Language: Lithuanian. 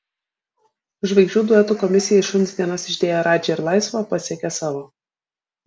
žvaigždžių duetų komisiją į šuns dienas išdėję radži ir laisva pasiekė savo